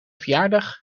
verjaardag